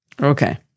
Okay